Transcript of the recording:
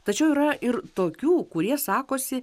tačiau yra ir tokių kurie sakosi